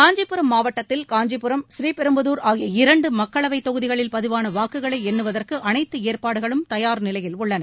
காஞ்சிபுரம் மாவட்டத்தில் காஞ்சிபுரம் ஸ்ரீபெரும்புதூர் ஆகிய இரண்டு மக்களவைத் தொகுதிகளில் பதிவான வாக்குகளை எண்ணுவதற்கு அனைத்து ஏற்பாடுகளும் தயார் நிலையில் உள்ளன